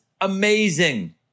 amazing